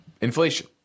inflation